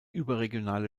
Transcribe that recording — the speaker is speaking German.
überregionale